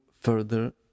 further